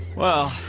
well